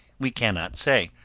we cannot say,